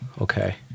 Okay